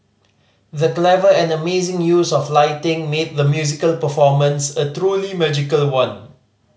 the clever and amazing use of lighting made the musical performance a truly magical one